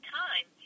time